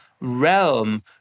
realm